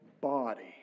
body